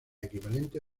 equivalente